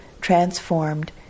transformed